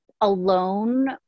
alone